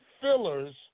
fillers